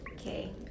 okay